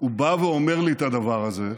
הוא בא ואומר לי את הדבר הזה,